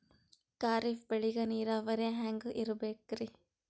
ಖರೀಫ್ ಬೇಳಿಗ ನೀರಾವರಿ ಹ್ಯಾಂಗ್ ಇರ್ಬೇಕರಿ?